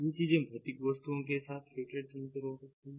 ये चीजें भौतिक वस्तुओं के साथ फिटेड सेंसर हो सकती हैं